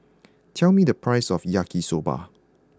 tell me the price of Yaki soba